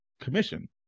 commission